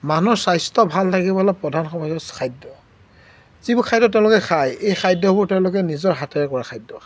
মানুহ স্বাস্থ্য ভাল থাকিবলৈ প্ৰধান কথাটো হ'ল খাদ্য যিবোৰ খাদ্য তেওঁলোকে খায় এই খাদ্যবোৰ তেওঁলোকে নিজৰ হাতেৰে কৰা খাদ্য খায়